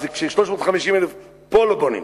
אז כש-350,000 פה לא בונים,